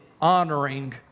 honoring